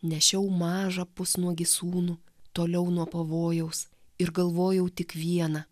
nešiau mažą pusnuogį sūnų toliau nuo pavojaus ir galvojau tik vieną